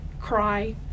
cry